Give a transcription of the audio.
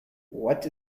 what